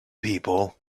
people